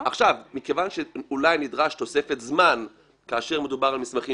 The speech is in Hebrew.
מכיוון שאולי נדרשת תוספת זמן כאשר מדובר על מסמכים